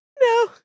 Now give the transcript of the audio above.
no